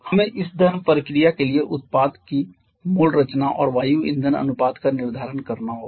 हमें इस दहन प्रक्रिया के लिए उत्पाद की दाढ़ रचना और वायु ईंधन अनुपात का निर्धारण करना होगा